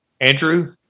Andrew